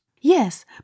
Yes